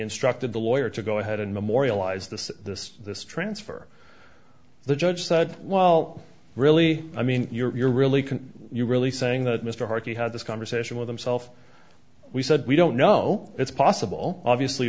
instructed the lawyer to go ahead and memorialize this this this transfer the judge said well really i mean you're really can you really saying that mr hardy had this conversation with himself we said we don't know it's possible obviously